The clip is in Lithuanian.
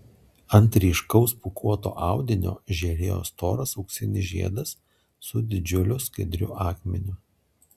ant ryškaus pūkuoto audinio žėrėjo storas auksinis žiedas su didžiuliu skaidriu akmeniu